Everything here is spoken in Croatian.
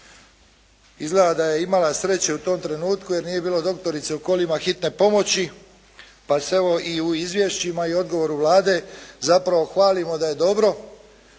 Izgleda da je imala sreće u tom trenutku, jer nije bilo doktorice u kolima hitne pomoći, pa se evo i u izvješćima i u odgovoru Vlade zapravo hvalimo da je dobro